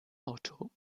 auto